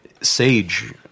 Sage